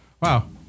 Wow